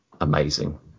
amazing